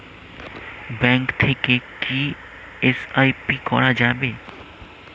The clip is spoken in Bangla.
ব্যাঙ্ক থেকে কী এস.আই.পি করা যাবে?